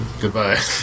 goodbye